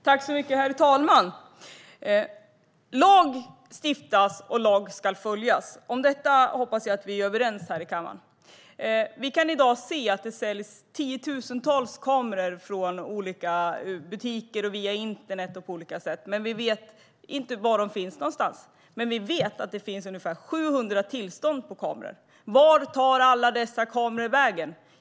Herr talman! Lag stiftas och ska följas - om detta hoppas jag att vi är överens här i kammaren. Vi kan i dag se att det säljs tiotusentals kameror i butiker, via internet och på olika sätt, men vi vet inte var de finns. Vi vet dock att det finns ungefär 700 tillstånd för kameror. Vart tar alla dessa kameror vägen?